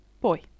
Boy